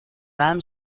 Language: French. âme